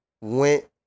went